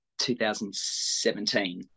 2017